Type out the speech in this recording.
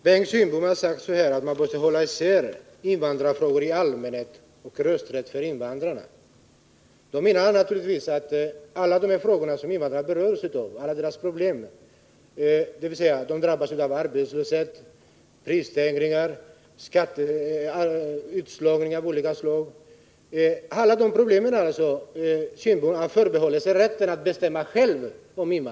Fru talman! Bengt Kindbom har sagt att man måste hålla isär invandrarfrågor i allmänhet och rösträtt för invandrarna. Då menar han naturligtvis att när det gäller alla dessa problem som invandrarna berörs av — arbetslöshet, prisstegringar, utslagning av olika slag — förbehåller sig Bengt Kindbom rätten att bestämma själv.